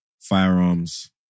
firearms